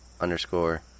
underscore